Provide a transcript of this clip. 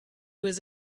was